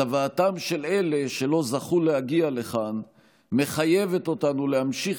צוואתם של אלה שלא זכו להגיע לכאן מחייבת אותנו להמשיך